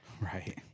Right